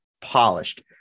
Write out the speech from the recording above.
polished